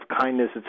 kindness